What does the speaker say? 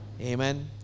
Amen